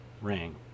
rang